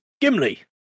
Gimli